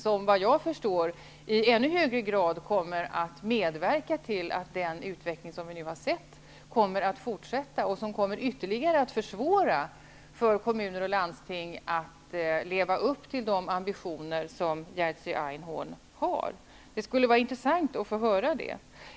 Som jag förstår kommer detta att i ännu högre grad medverka till att den utveckling vi har sett kommer att fortsätta och ytterligare försvåra för kommuner och landsting att leva upp till de ambitioner som Jerzy Einhorn har. Det skulle vara intressant att få veta.